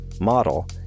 model